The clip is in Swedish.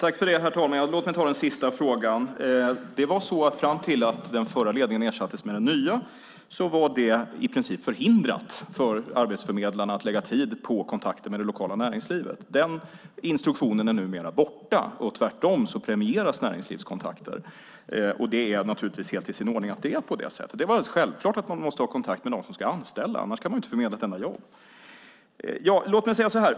Herr talman! Låt mig ta den sista frågan! Fram till att den förra ledningen ersattes med den nya var arbetsförmedlarna i princip förhindrade att lägga tid på kontakter med det lokala näringslivet. Den instruktionen är numera borta, och tvärtom premieras näringslivskontakter. Det är naturligtvis helt i sin ordning att det är på det sättet. Det är alldeles självklart att man måste ha kontakt med dem som ska anställa. Annars kan man inte förmedla ett enda jobb.